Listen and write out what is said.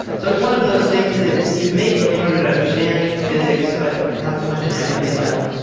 so it's one of those things that you make in order to understand physics, but not so much in everyday life.